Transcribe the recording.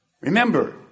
Remember